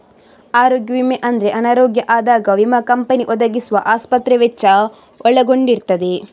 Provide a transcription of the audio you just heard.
ಆರೋಗ್ಯ ವಿಮೆ ಅಂದ್ರೆ ಅನಾರೋಗ್ಯ ಆದಾಗ ವಿಮಾ ಕಂಪನಿ ಒದಗಿಸುವ ಆಸ್ಪತ್ರೆ ವೆಚ್ಚ ಒಳಗೊಂಡಿರ್ತದೆ